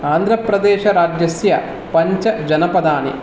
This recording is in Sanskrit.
आन्ध्रप्रदेशराज्यस्य पञ्च जनपदानि